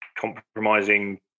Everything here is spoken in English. compromising